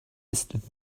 ist